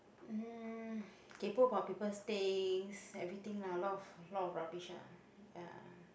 um kaypoh about people things everything lah a lot of a lot of rubbish lah ya